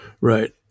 Right